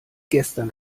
gestern